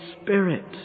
spirit